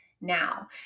now